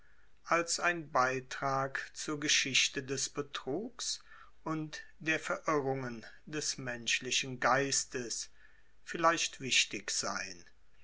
als ein beitrag zur geschichte des betrugs und der verirrungen des menschlichen geistes vielleicht wichtig sein